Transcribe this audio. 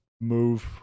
move